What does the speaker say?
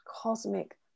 cosmic